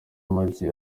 amagi